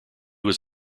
was